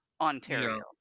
Ontario